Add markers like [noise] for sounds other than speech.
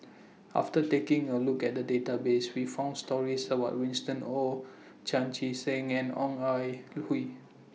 after taking A Look At The Database We found stories about Winston Oh Chan Chee Seng and Ong Ah [unintelligible] Hoi